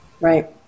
Right